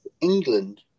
England